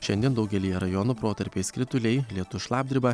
šiandien daugelyje rajonų protarpiais krituliai lietus šlapdriba